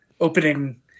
opening